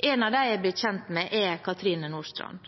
En av dem jeg er blitt